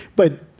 but.